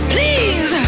Please